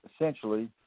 essentially